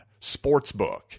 sportsbook